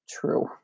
true